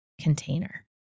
container